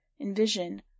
envision